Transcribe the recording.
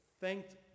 thanked